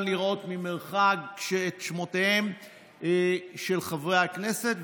לראות ממרחק את שמותיהם של חברי הכנסת.